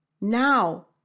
now